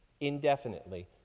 indefinitely